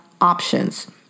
options